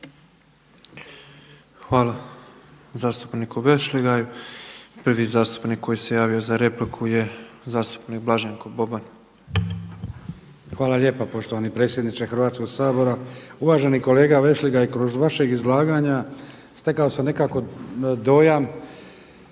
Hvala zastupniku VEšligaju. Prvi zastupnik koji se javio za repliku je zastupnik Blaženko Boban. **Boban, Blaženko (HDZ)** Hvala lijepo poštovani predsjedniče Hrvatskoga sabora. Uvaženi kolega Vešligaj, kroz vaša izlaganja stekao sam nekako dojam